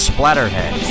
Splatterhead